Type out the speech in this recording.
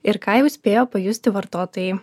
ir ką jau spėjo pajusti vartotojai